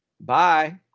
Bye